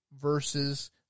versus